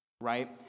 right